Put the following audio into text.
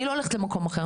אני לא הולכת למקום אחר.